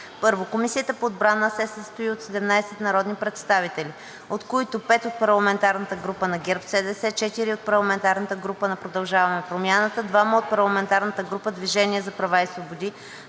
1. Комисията по туризъм се състои от 17 народни представители, от които 5 от парламентарната група на ГЕРБ-СДС, 4 от парламентарната група „Продължаваме Промяната“, 2 от парламентарната група „Движение за права и свободи“,